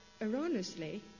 Erroneously